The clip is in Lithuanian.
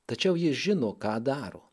tačiau jis žino ką daro